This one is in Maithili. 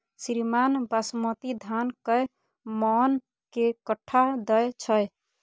श्रीमान बासमती धान कैए मअन के कट्ठा दैय छैय?